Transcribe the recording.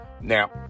Now